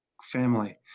family